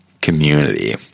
community